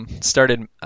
started